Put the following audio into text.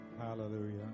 hallelujah